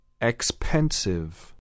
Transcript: Expensive